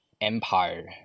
empire